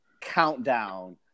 Countdown